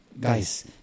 guys